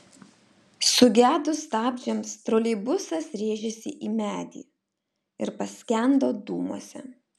sugedus stabdžiams troleibusas rėžėsi į medį ir paskendo dūmuose